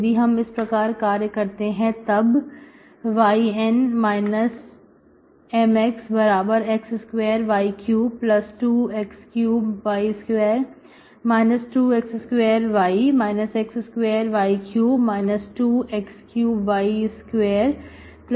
यदि हम इस प्रकार कार्य करते हैं तब yN Mxx2y32x3y2 2x2y x2y3 2x3y2xy2 xy होता है